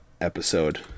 episode